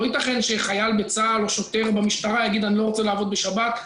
לא ייתכן שחייל בצה"ל או שוטר במשטרה יגיד: אני לא רוצה לעבוד בשבת.